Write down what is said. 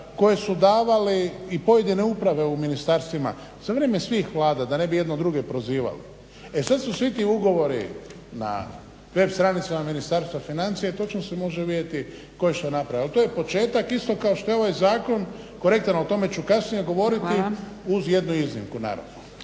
koje su davali i pojedine uprave u ministarstvima za vrijeme svih Vlada, da ne bi jedni druge prozivali. E sad su svi ti ugovori na web stranicama Ministarstva financija i točno se može vidjeti tko je što napravio ali to je početak isto kao što je ovaj zakon korektan, o tome ću kasnije govoriti, uz jednu iznimku naravno.